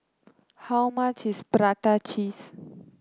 how much is Prata Cheese